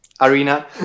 Arena